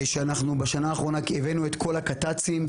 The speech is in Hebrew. בשנה האחרונה הבאנו את כל הקת"צים,